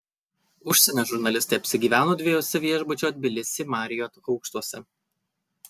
užsienio žurnalistai apsigyveno dviejuose viešbučio tbilisi marriott aukštuose